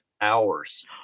hours